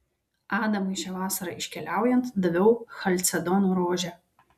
adamui šią vasarą iškeliaujant daviau chalcedono rožę